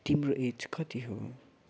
तिम्रो एज कति हो